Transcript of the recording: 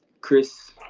Chris